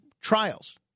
trials